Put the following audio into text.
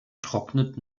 trocknet